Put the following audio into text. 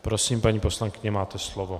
Prosím, paní poslankyně, máte slovo.